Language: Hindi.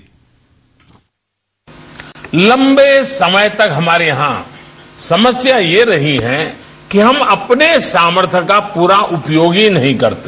बाइट लम्बे समय तक हमारे यहां समस्या यह रही है कि हम अपने सामर्थ्य का प्ररा उपयोग नहीं करते